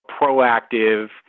proactive